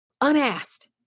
unasked